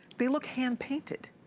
they look hand painted.